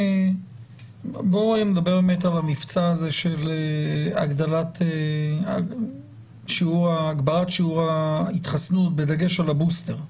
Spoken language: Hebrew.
בואי נדבר על המבצע הזה של הגברת שיעור ההתחסנות בדגש על הבוסטר.